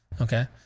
okay